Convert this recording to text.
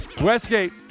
Westgate